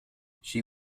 she